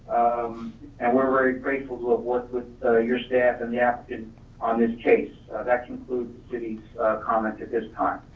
um and we're very grateful to have worked with your staff and the applicant on this case. that concludes the city's comment at this time.